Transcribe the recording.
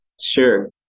Sure